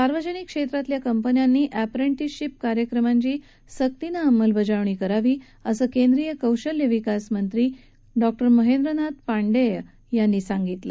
सार्वजनिक क्षेत्रातल्या कंपन्यांनी एप्रेंटिसशीप कार्यक्रमांची सक्तीनं अंमलबजावणी करावी असं केंद्रीय कौशल्य विकास मंत्री डॉक्टर महेंद्रनाथ पांडेय यांनी आज सांगितलं